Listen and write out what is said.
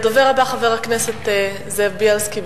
הדובר הבא, חבר הכנסת זאב בילסקי,